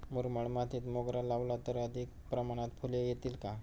मुरमाड मातीत मोगरा लावला तर अधिक प्रमाणात फूले येतील का?